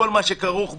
כל מה שכרוך בו.